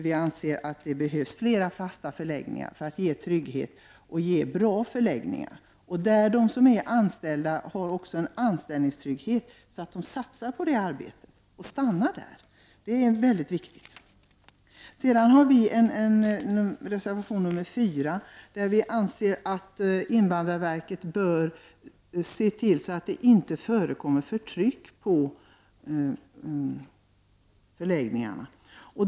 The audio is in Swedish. Vi anser att det behövs flera fasta förläggningar för att vi skall få bra förläggningar som kan ge trygghet, där de anställda också har en anställningstrygghet så att de kan satsa på sitt arbete och stanna kvar. Det är väldigt viktigt. I reservation nr 4 anför vi att invandrarverket bör se till att förtryck inte förekommer på förläggningarna.